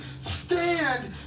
stand